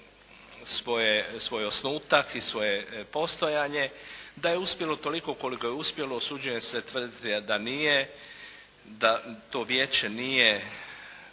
svoj osnutak i svoje postojanje, da je uspjelo toliko koliko je uspjelo, usuđujem se tvrditi da nije, da to vijeće nije